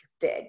big